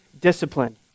discipline